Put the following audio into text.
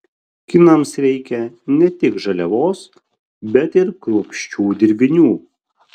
kinams reikia ne tik žaliavos bet ir kruopščių dirbinių